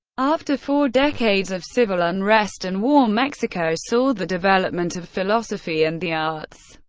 after four decades of civil unrest and war, mexico saw the development of philosophy and the arts,